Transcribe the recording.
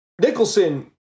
Nicholson